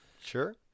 Sure